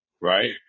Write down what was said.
right